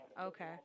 okay